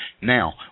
Now